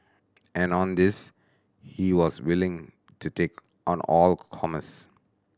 and on this he was willing to take on all comers